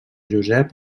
josep